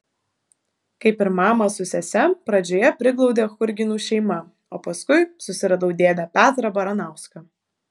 kaip ir mamą su sese pradžioje priglaudė churginų šeima o paskui susiradau dėdę petrą baranauską